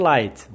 Light